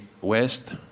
West